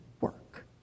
work